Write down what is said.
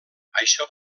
això